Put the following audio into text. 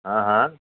हा हा